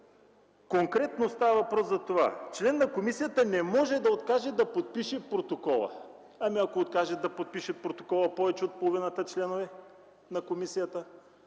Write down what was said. Конкретно става въпрос за това, че член на комисията не може да откаже да подпише протокола. Ами, ако откажат повече от половината членове на комисията